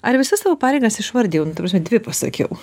ar visas tavo pareigas išvardijau nu ta prasme dvi pasakiau